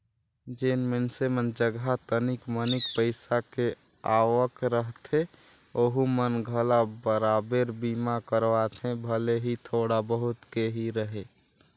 जेन मइनसे मन जघा तनिक मनिक पईसा के आवक रहथे ओहू मन घला बराबेर बीमा करवाथे भले ही थोड़ा बहुत के ही रहें